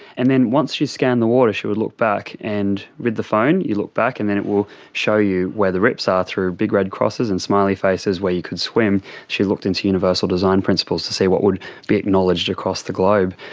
and then once she scanned the water she would look back and with the phone you look back and it will show you where the rips are through big red crosses and smiley faces where you could swim, she looked into universal design principles to see what would be acknowledged across the globe,